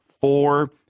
four